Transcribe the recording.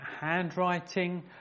handwriting